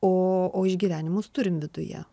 o o išgyvenimus turim viduje